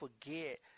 forget